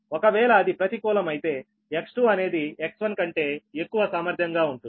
ఒకవేళ అది ప్రతికూలం అయితే X2 అనేది X1 కంటే ఎక్కువ సామర్థ్యం గా ఉంటుంది